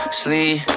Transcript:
sleep